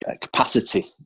capacity